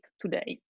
today